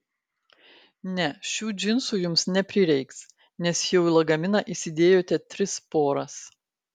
ne šių džinsų jums neprireiks nes jau į lagaminą įsidėjote tris poras